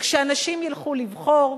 וכשאנשים ילכו לבחור,